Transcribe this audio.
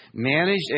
Managed